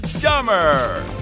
Dumber